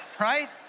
right